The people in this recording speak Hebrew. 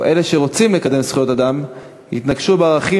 או אלה שרוצים לקדם זכויות אדם יתנגשו בערכים